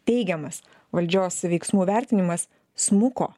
teigiamas valdžios veiksmų vertinimas smuko